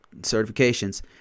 certifications